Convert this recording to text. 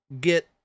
get